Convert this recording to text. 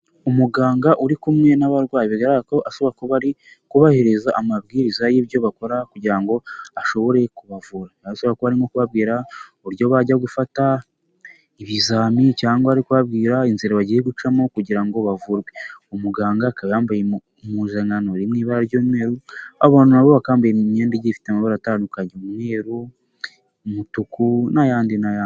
Umuganga uri kumwe n'abarwayi bigaragara ko ashobora kuba kubahereza amabwiriza y'ibyo bakora kugira ngo ashobore kubavura ashobore kuba ari nko kubabwira uburyo bajya gufata ibizami cyangwa ari kubabwira inzira bagiye gucamo kugira ngo bavurwe umuganga akaba yambaye impuzankano iri mu ibara ry'umweru abantu nabo bakaba bakambaye imyenda igiye ifite amabara atandukanye umweru, umutuku n'ayandi n'ayandi.